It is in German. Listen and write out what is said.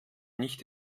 nicht